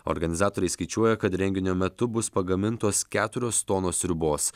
organizatoriai skaičiuoja kad renginio metu bus pagamintos keturios tonos sriubos